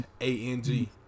A-N-G